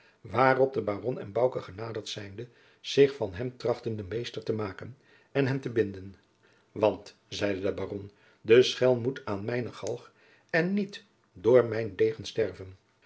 waarop de baron en bouke genaderd zijnde zich van hem trachteden meester te maken en hem te binden want zeide de baron de schelm moet aan mijne galg en niet door mijn degen sterven